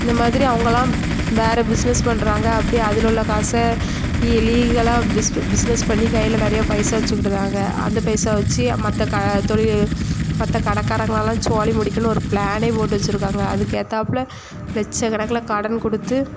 இந்தமாதிரி அவங்களாம் வேறு பிஸ்னஸ் பண்ணுறாங்க அப்படியே அதில் உள்ள காசை இ லீகலாக பிஸ் பிஸ்னஸ் பண்ணி கையில் நிறைய பைசா வச்சுக்கிடுதாங்க அந்த பைசா வச்சு மற்ற க தொழில் மற்ற கடைக்காரங்களலாம் சோலி முடிக்கணும் ஒரு ப்ளானே போட்டு வச்சுருக்காங்க அதுக்கேத்தாப்பில லட்சக்கணக்கில் கடன் கொடுத்து